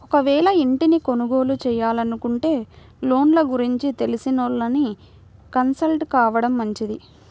ఒకవేళ ఇంటిని కొనుగోలు చేయాలనుకుంటే లోన్ల గురించి తెలిసినోళ్ళని కన్సల్ట్ కావడం మంచిది